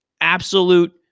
absolute